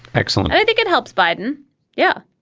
excellent i think it helps. biden yeah,